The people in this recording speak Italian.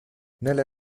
nelle